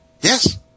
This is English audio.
Yes